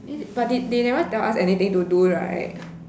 is but they they never tell us anything to do right